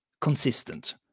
consistent